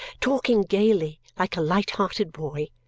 talking gaily, like a light-hearted boy.